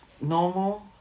normal